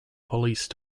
police